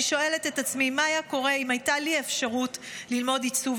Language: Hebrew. אני שואלת את עצמי מה היה קורה אם הייתה לי אפשרות ללמוד עיצוב,